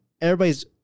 everybody's